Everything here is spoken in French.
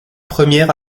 premières